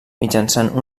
mitjançant